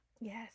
Yes